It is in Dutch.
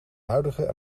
huidige